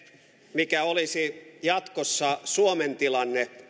mikä olisi jatkossa suomen tilanne